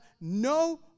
no